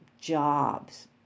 jobs